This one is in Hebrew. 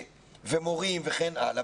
ומורים וכן הלאה,